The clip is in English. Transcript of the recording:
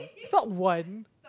not one